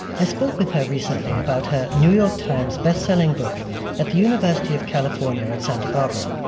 i spoke with her recently about her new york times bestselling book at the university of california at santa barbara.